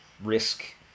risk